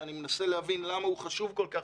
שאני מנסה להבין למה הוא חשוב כל כך,